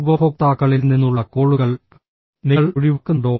ഉപഭോക്താക്കളിൽ നിന്നുള്ള കോളുകൾ നിങ്ങൾ ഒഴിവാക്കുന്നുണ്ടോ